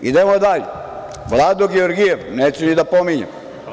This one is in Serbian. Idemo dalje, Vlado Georgijev, neću ni da pominjem.